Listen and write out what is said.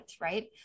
right